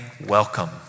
welcome